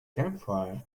campfire